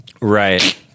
right